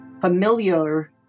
familiar